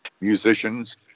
musicians